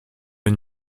une